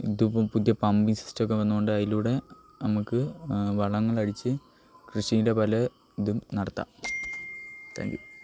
ഇതിപ്പോൾ പുതിയ പമ്പിങ്ങ് സിസ്റ്റമൊക്കെ വന്നതുകൊണ്ട് അതിലൂടെ നമുക്ക് വളങ്ങളടിച്ച് കൃഷിയിൻ്റെ പലതും നടത്താം താങ്ക് യു